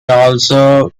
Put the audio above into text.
also